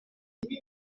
alia